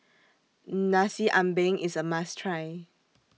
Nasi Ambeng IS A must Try